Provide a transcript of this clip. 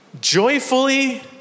joyfully